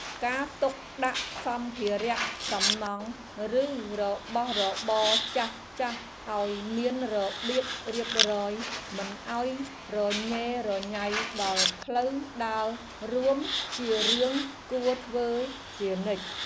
ការទុកដាក់សម្ភារៈសំណង់ឬរបស់របរចាស់ៗឱ្យមានរបៀបរៀបរយមិនឱ្យរញ៉េរញ៉ៃដល់ផ្លូវដើររួមជារឿងគួរធ្វើជានិច្ច។